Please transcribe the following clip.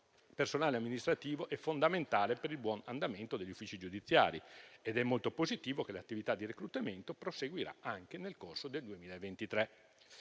il personale amministrativo è fondamentale per il buon andamento degli uffici giudiziari ed è molto positivo che l'attività di reclutamento proseguirà anche nel corso del 2023.